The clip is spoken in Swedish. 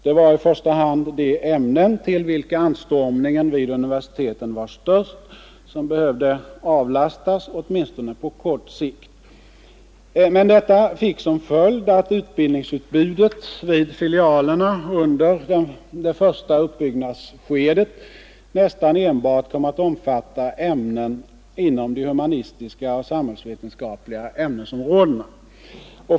Det var i första hand de ämnen till vilka anstormningen vid universiteten var störst som behövde avlastas, åtminstone på kort sikt. Men detta fick till följd att utbildningsutbudet vid filialerna under det första uppbyggnadsskedet nästan enbart kom att omfatta ämnen inom de humanistiska och samhällsvetenskapliga ämnesområdena.